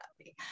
happy